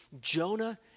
Jonah